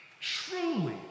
truly